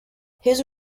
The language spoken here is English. his